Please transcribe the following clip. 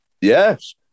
Yes